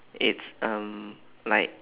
it's um like